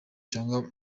cyangwa